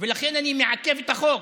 ולכן אני מעכב את החוק.